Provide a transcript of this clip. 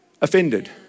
offended